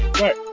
right